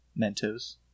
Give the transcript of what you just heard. Mentos